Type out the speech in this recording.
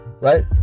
right